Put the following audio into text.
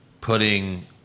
putting